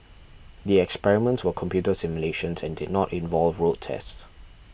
the experiments were computer simulations and did not involve road tests